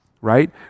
right